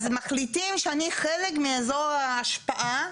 אז מחליטים שאני חלק מאזור ההשפעה,